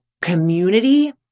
community